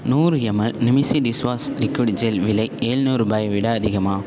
நூறு எம்எல் நிமிஸி dish wash liquid gel விலை எழுநூறு ரூபாயை விட அதிகமா